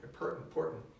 important